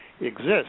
exists